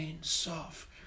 soft